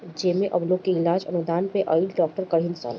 जेमे अब लोग के इलाज अनुदान पे आइल डॉक्टर करीहन सन